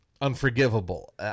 unforgivable